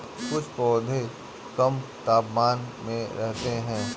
कुछ पौधे कम तापमान में रहते हैं